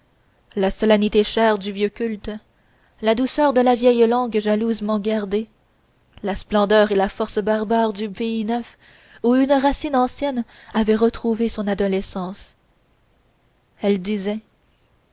la solennité chère du vieux culte la douceur de la vieille langue jalousement gardée la splendeur et la force barbare du pays neuf où une racine ancienne a retrouvé son adolescence elle disait